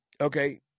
okay